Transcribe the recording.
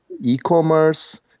e-commerce